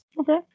Okay